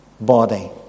body